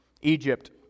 Egypt